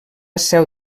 seu